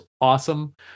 awesome